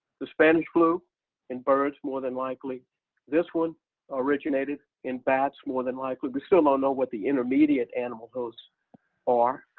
the spanish flu and birds, more than likely this one originated in bats more than likely. we still don't ah know what the intermediate animal those are.